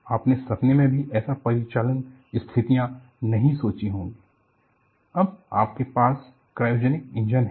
आपने सपने मे भी ऐसी परिचालन स्थितियाँ नहीं सोची होंगी और अब आपके पास क्रायोजेनिक इंजन हैं